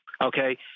okay